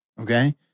Okay